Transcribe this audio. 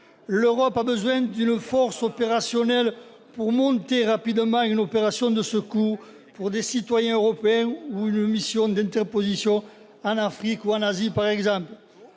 L'Europe a besoin d'une force opérationnelle pour monter rapidement une opération de secours au bénéfice de citoyens européens ou une mission d'interposition en Afrique ou en Asie, par exemple.